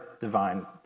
divine